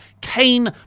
Kane